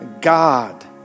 God